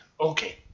Okay